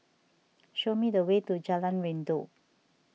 show me the way to Jalan Rindu